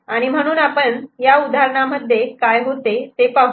आणि म्हणून आपण या उदाहरणामध्ये ते काय होते ते पाहू